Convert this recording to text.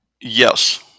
Yes